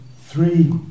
three